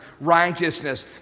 righteousness